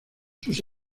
sus